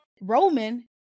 Roman